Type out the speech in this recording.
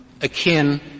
akin